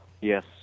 Yes